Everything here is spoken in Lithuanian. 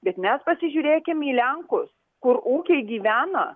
bet mes pasižiūrėkim į lenkus kur ūkiai gyvena